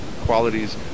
qualities